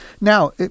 now